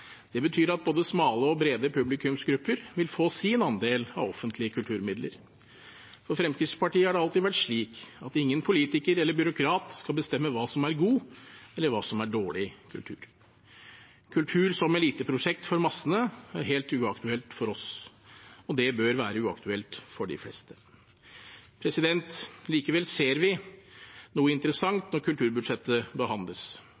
Det betyr at både smale og brede publikumsgrupper vil få sin andel av offentlige kulturmidler. For Fremskrittspartiet har det alltid vært slik at ingen politiker eller byråkrat skal få bestemme hva som er god eller hva som er dårlig kultur. Kultur som eliteprosjekt for massene er helt uaktuelt for oss – og det bør være uaktuelt for de fleste. Likevel ser vi noe interessant når kulturbudsjettet behandles,